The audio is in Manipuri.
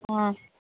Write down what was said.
ꯎꯝ